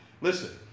Listen